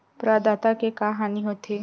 प्रदाता के का हानि हो थे?